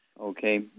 okay